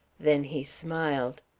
then he smiled.